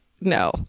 No